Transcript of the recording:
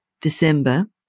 December